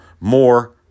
more